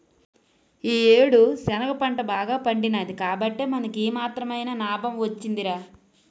ఈ యేడు శనగ పంట బాగా పండినాది కాబట్టే మనకి ఈ మాత్రమైన నాబం వొచ్చిందిరా